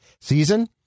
season